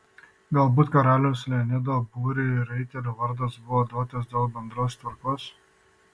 galbūt karaliaus leonido būriui raitelių vardas buvo duotas dėl bendros tvarkos